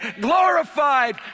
glorified